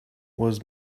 was